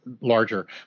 larger